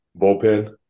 bullpen